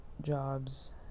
jobs